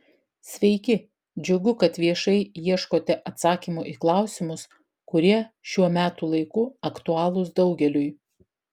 sveiki džiugu kad viešai ieškote atsakymų į klausimus kurie šiuo metų laiku aktualūs daugeliui